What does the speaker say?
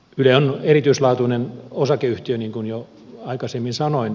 yle on erityislaatuinen osakeyhtiö niin kuin jo aikaisemmin sanoin